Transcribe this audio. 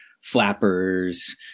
flappers